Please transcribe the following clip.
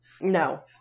No